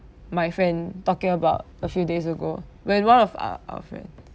my friend talking about a few days ago when one of our our friend